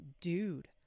dude